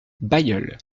bailleul